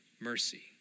mercy